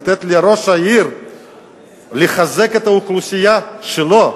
לתת לראש העיר לחזק את האוכלוסייה שלו.